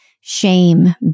shame